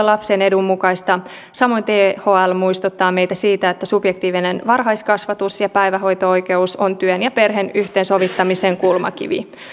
lapsen edun mukaista samoin thl muistuttaa meitä siitä että subjektiivinen varhaiskasvatus ja päivähoito oikeus on työn ja perheen yhteensovittamisen kulmakivi